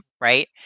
right